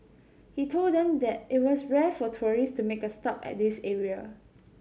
he told them that it was rare for tourist to make a stop at this area